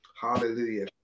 Hallelujah